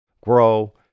grow